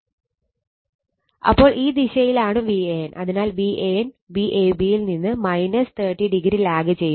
അപ്പോൾ ഈ ദിശയിലാണ് Van അതിനാൽ Van Vab യിൽ നിന്ന് 30o ലാഗ് ചെയ്യും